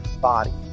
body